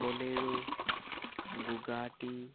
bolero Bugatti